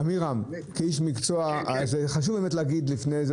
עמירם, כאיש מקצוע חשוב להגיד לפני זה